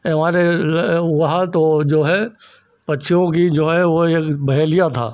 और वहाँ तो जो है पक्षियों की जो है एक बहेलिया था